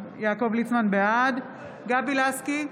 בעד גבי לסקי,